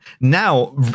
Now